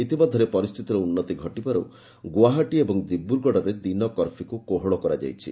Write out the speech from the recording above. ଇତିମଧ୍ୟରେ ପରିସ୍ଥିତିରେ ଉନ୍ନତି ଘଟିବାରୁ ଗୁଆହାଟି ଏବଂ ଦିବ୍ରଗଡ଼ରେ ଦିନ କର୍ଫ୍ୟୁକୁ କୋହଳ କରାଯାଇଛି